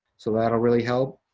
so that'll really help.